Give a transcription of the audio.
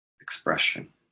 expression